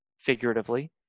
figuratively